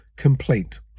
complaint